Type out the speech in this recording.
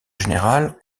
général